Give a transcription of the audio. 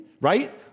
right